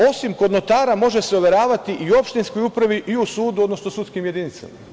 Osim kod notara može se overavati i u opštinskoj upravi, i u sudu, odnosno sudskim jedinicama.